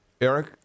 Eric